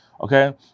okay